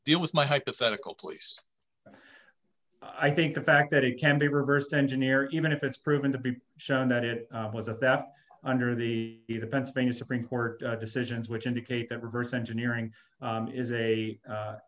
deal with my hypothetical please i think the fact that it can be reversed engineer even if it's proven to be shown that it was a death under the pennsylvania supreme court decisions which indicate that reverse engineering is a